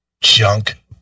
Junk